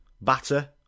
batter